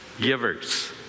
givers